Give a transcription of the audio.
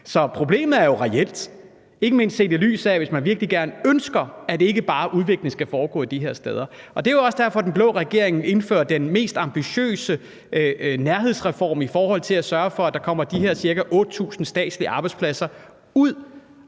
Så problemet er jo reelt, ikke mindst set i lyset af at vi virkelig ønsker, at udviklingen ikke bare skal foregå de her steder. Det er også derfor, at den blå regering indførte den mest ambitiøse nærhedsreform i forhold til at sørge for, at der kommer de her ca. 8.000 statslige arbejdspladser ud